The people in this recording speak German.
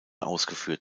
ausgeführt